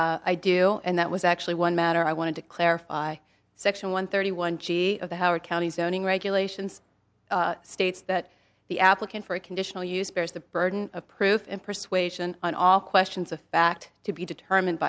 cancel i do and that was actually one matter i wanted to clarify section one thirty one g of the howard county zoning regulations states that the applicant for a conditional use bears the burden of proof in persuasion on all questions of fact to be determined